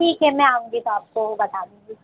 ठीक है मैं आऊँगी तो आपको बता दूँगी